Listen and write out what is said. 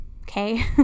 Okay